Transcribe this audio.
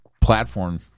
platform